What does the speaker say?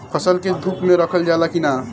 फसल के धुप मे रखल जाला कि न?